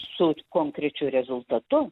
su konkrečiu rezultatu